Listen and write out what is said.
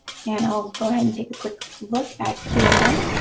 and i'll go ahead and take a quick look at q and a,